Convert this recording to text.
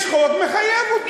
יש חוק, מחייב אותו.